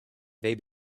they